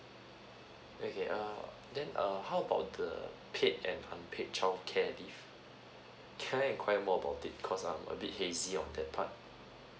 okay err then err how about the paid and unpaid childcare leave can I enquire more about it cause I'm a bit hazy on that part